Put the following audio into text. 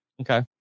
Okay